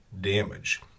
damage